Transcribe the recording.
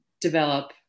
develop